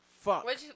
Fuck